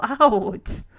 out